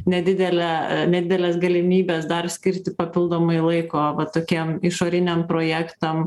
nedidelę nedideles galimybes dar skirti papildomai laiko va tokiem išoriniam projektam